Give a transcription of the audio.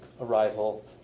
arrival